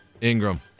Ingram